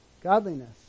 Godliness